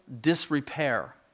disrepair